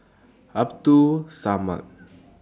Abdul Samad